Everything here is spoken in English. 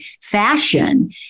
fashion